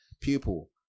pupil